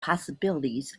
possibilities